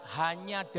hanya